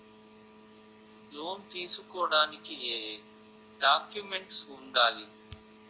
Loan తీసుకోడానికి ఏయే documents వుండాలి?